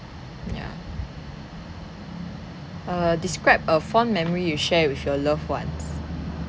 mm ya err describe a fond memory you share with your loved ones